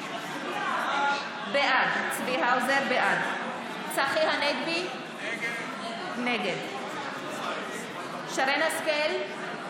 בעד צחי הנגבי, נגד שרן מרים השכל,